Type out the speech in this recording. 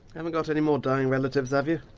haven't got any more dying relatives, have you?